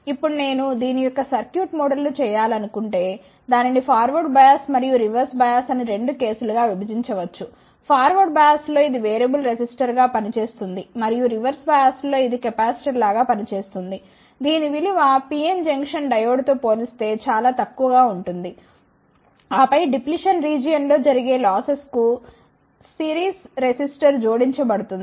ఇప్పుడు నేను దీని యొక్క సర్క్యూట్ మోడల్ను చేయాలనుకుంటే దాని ని ఫార్వర్డ్ బయాస్ మరియు రివర్స్ బయాస్ అని 2 కేసులుగా విభజించవచ్చు ఫార్వర్డ్ బయాస్లో ఇది వేరియబుల్ రెసిస్టర్గా పని చేస్తుంది మరియు రివర్స్ బయాస్లో ఇది కెపాసిటర్ లాగా పని చేస్తుంది దీని విలువ పి ఎన్ జంక్షన్ డయోడ్తో పోలి స్తే చాలా తక్కువ ఉంటుంది ఆపై డిప్లిషన్ రీజియన్ లో జరిగే లాసెస్ కు సిరీస్ రెసిస్టర్ జోడించబడుతుంది